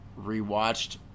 rewatched